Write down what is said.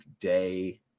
day